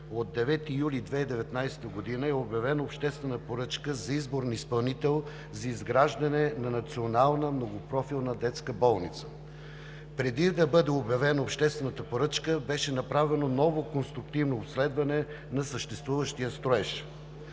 от 9 юли 2019 г. е обявена обществена поръчка за избор на изпълнител за изграждане на Национална многопрофилна детска болница. Преди да бъде обявена обществената поръчка, беше направено ново конструктивно обследване на съществуващия строеж.